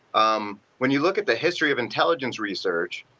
um when you look at the history of intelligence research,